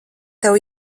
tev